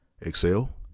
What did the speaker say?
excel